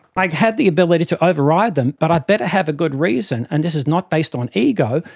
like had the ability to override them but i'd better have a good reason, and this is not based on ego,